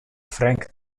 frank